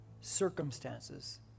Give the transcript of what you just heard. circumstances